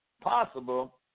possible